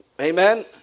Amen